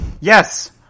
Yes